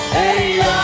hey